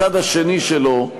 הצד השני שלו,